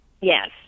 Yes